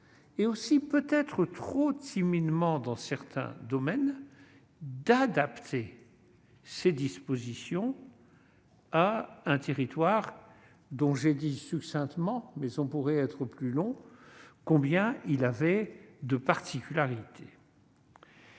aussi, peut-être trop timidement dans certains domaines, d'adapter ces dispositions à un territoire dont j'ai dit succinctement- mais on pourrait être plus long -combien il avait de particularités.